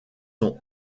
sont